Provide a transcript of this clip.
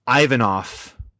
Ivanov